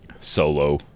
Solo